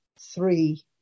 three